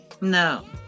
No